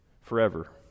forever